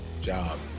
job